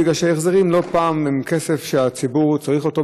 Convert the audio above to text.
כי ההחזרים הם לא פעם כסף שהציבור צריך אותו.